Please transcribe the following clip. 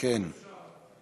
אם אפשר,